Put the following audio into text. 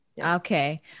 Okay